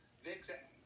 Vic